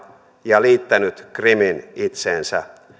ja liittänyt krimin itseensä